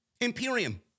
Imperium